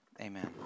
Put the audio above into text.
Amen